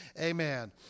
Amen